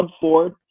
Ford